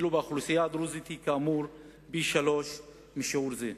באוכלוסייה הדרוזית הצפיפות היא כאמור פי-שלושה משיעור זה.